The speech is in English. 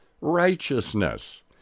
righteousness